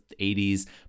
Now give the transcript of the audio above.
80s